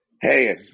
hey